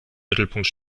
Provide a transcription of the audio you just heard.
mittelpunkt